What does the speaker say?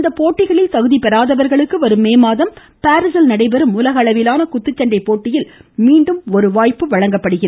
இப்போட்டிகளில் தகுதிபெறாதவர்களுக்கு வரும் மே மாதம் பாரிஸில் நடைபெறும் உலகளவிலான குத்துச்சண்டை போட்டியில் மீண்டும் ஒரு வாய்ப்பு வழங்கப்படுகிறது